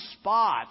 spot